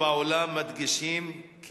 זאת אומרת,